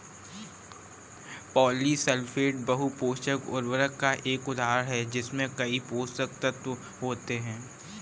polysulphate बहु पोषक उर्वरक का एक उदाहरण है जिसमें कई पोषक तत्व होते हैं